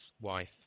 wife